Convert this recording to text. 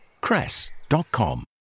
Cress.com